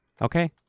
Okay